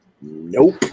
Nope